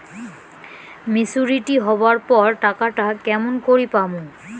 Maturity হবার পর টাকাটা কেমন করি পামু?